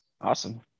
Awesome